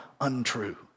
untrue